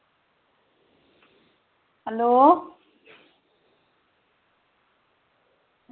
hello